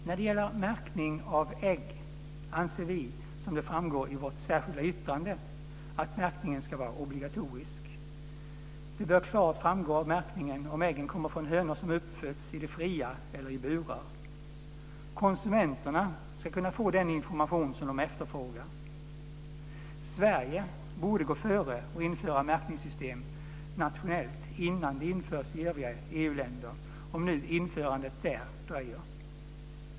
När det gäller märkning av ägg anser vi, som framgår i vårt särskilda yttrande, att märkningen ska vara obligatorisk. Det bör klart framgå av märkningen om äggen kommer från hönor som uppfötts i det fria eller i burar. Konsumenterna ska kunna få den information som de efterfrågar. Sverige borde gå före och införa märkningssystem nationellt innan det införs i övriga EU-länder, om nu införandet där dröjer.